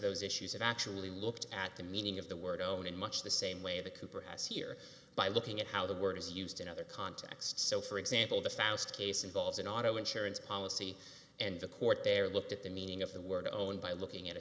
those issues and actually looked at the meaning of the word go in much the same way that cooper has here by looking at how the word is used in other contexts so for example the thousand case involves an auto insurance policy and the court there looked at the meaning of the word own by looking at a